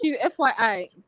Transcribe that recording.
FYI